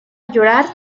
llorar